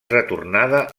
retornada